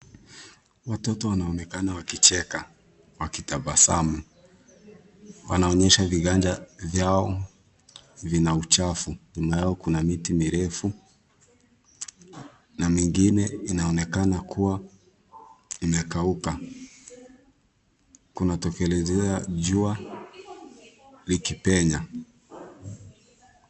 Watoto wanaonekana wakicheka, wakitabasamu. Wanaonyesha viganja vyao vina uchafu. Nyuma yao kuna miti mirefu na mingine inaonekana kuwa imekauka, kunatokelezea jua likipenya.